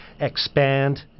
expand